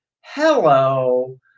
Hello